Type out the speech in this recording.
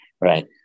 right